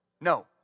No